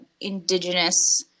indigenous